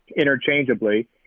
Interchangeably